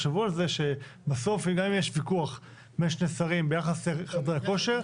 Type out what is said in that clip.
תחשבו על זה שבסוף גם אם יש ויכוח בין שני שרים ביחס לחדרי הכושר,